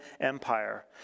Empire